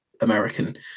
American